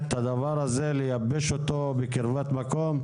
את הדבר הזה ולייבש אותו בקרבת מקום?